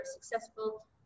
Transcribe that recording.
successful